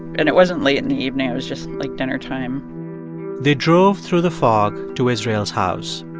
and it wasn't late in the evening. it was just, like, dinnertime they drove through the fog to israel's house.